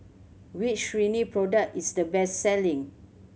which Rene product is the best selling